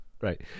Right